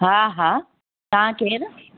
हा हा तव्हां केरु